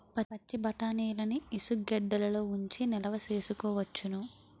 పచ్చిబఠాణీలని ఇసుగెడ్డలలో ఉంచి నిలవ సేసుకోవచ్చును